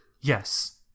Yes